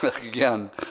again